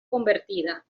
convertida